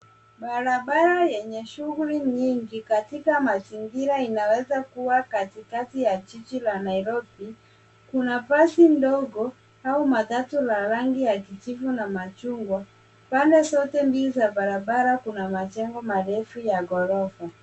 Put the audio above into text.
Barabara yenye shughuli nyingi katika mazingira inayoweza kuwa katikati ya jiji la Nairobi. Kuna basi ndogo au matatu la rangi ya kijivu na machungwa. Pande zote mbili za barabara kuna majengo marefu ya ghorofa.